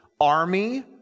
army